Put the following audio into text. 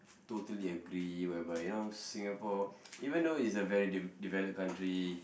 totally agree whereby you know Singapore even though it's a very de~ developed country